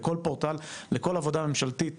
לכל עבודה ממשלתית